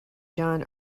john